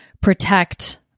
protect